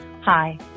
Hi